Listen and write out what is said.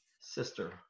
sister